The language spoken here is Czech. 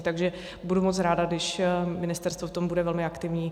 Takže budu moc ráda, když ministerstvo v tom bude velmi aktivní.